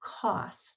cost